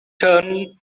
turn